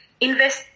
invest